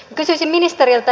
kysyisin ministeriltä